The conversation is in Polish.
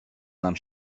nam